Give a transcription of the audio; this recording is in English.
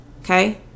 Okay